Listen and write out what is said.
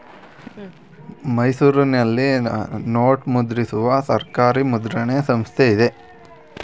ಮೈಸೂರಿನಲ್ಲಿ ನೋಟು ಮುದ್ರಿಸುವ ಸರ್ಕಾರಿ ಮುದ್ರಣ ಸಂಸ್ಥೆ ಇದೆ